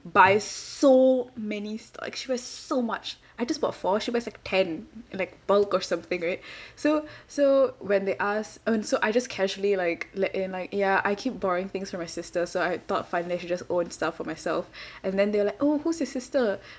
buy so many like she buy so much I just bought four she buys like ten in like bulk or something right so so when they ask I mean so I just casually like like in like ya I keep borrowing things from my sister so I thought finally I should own stuff for myself and then they like oh who's your sister